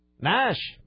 Nash